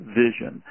vision